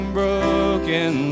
broken